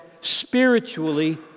spiritually